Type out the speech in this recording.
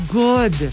good